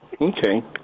Okay